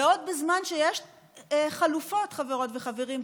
ועוד בזמן שיש חלופות, חברות וחברים.